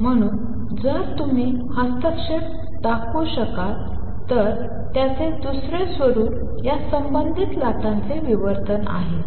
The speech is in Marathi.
म्हणून जर तुम्ही हस्तक्षेप दाखवू शकत असाल तर त्याचे दुसरे स्वरूप या संबंधित लाटांचे विवर्तन आहे